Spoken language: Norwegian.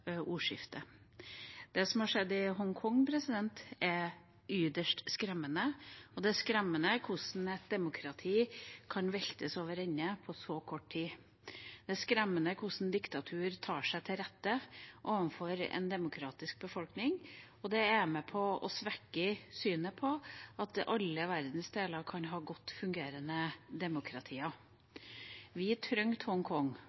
ordskiftet. Det som har skjedd i Hongkong, er ytterst skremmende, og det er skremmende hvordan et demokrati kan veltes over ende på så kort tid. Det er skremmende hvordan et diktatur tar seg til rette overfor en demokratisk befolkning. Det er med på å svekke synet på at alle verdensdeler kan ha godt fungerende demokratier. Vi trengte Hongkong